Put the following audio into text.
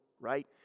right